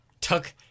took